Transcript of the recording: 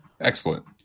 excellent